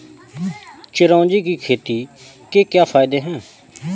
चिरौंजी की खेती के क्या फायदे हैं?